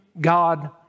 God